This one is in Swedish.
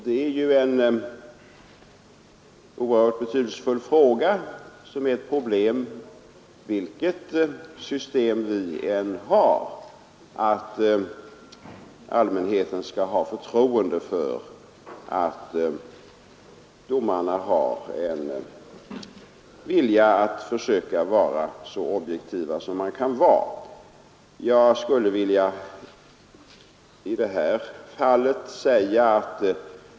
Det är ju en oerhört betydelsefull fråga, vilket system vi än har, att allmänheten skall ha förtroende för domarnas vilja att försöka vara så objektiva som någon kan vara.